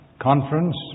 conference